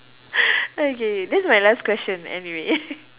okay that's my last question anyway